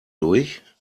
durch